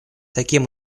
таким